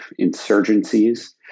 insurgencies